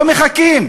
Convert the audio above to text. לא מחכים,